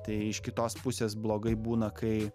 tai iš kitos pusės blogai būna kai